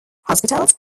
hospitals